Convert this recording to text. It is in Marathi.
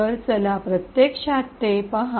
तर चला प्रत्यक्षात ते पहा